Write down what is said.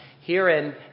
herein